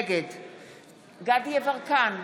נגד דסטה גדי יברקן,